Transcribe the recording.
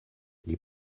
les